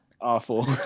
awful